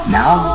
now